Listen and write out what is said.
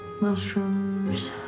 mushrooms